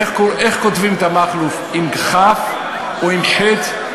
איך כותבים את המכלוף, בכ"ף או בחי"ת?